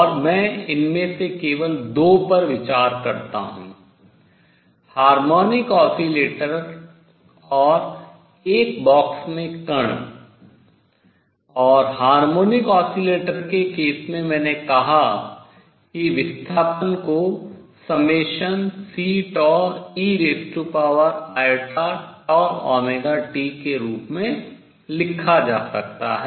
और मैं इनमें से केवल 2 पर विचार करता हूँ हार्मोनिक ऑसिलेटर और एक बॉक्स में कण और हार्मोनिक ऑसिलेटर केस में मैंने कहा कि विस्थापन को के रूप में लिखा जा सकता है